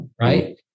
Right